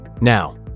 Now